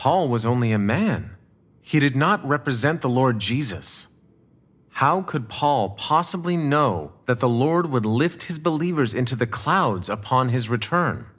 paul was only a man he did not represent the lord jesus how could paul possibly know that the lord would lift his believers into the clouds upon his return